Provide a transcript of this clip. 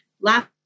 last